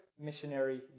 missionary